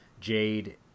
Jade